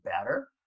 better